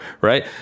Right